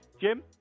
Jim